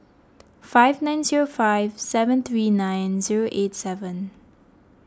five nine zero five seven three nine zero eight seven